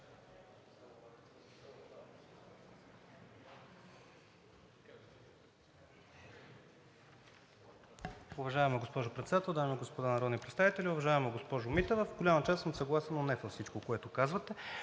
Уважаема госпожо Председател, дами и господа народни представители! Уважаема госпожо Митева, в голяма част съм съгласен, но не във всичко, което казвате.